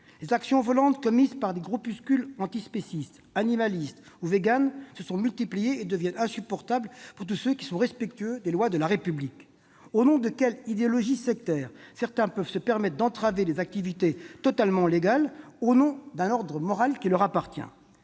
les actions violentes commises par des groupuscules antispécistes, animalistes ou véganes se sont multipliées et deviennent insupportables pour tous ceux qui sont respectueux des lois de la République. Au nom de quelle idéologie sectaire certains peuvent-ils se permettre d'entraver des activités totalement légales, en vertu d'un ordre moral qui leur appartient ?